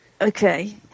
Okay